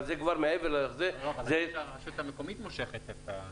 אבל זה כבר מעבר --- אני חושב שהרשות המקומית מושכת את הדיבידנד,